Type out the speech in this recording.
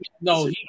No